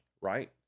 right